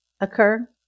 occur